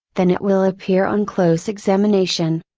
than it will appear on close examination.